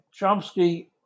Chomsky